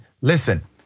listen